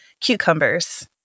cucumbers